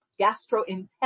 gastrointestinal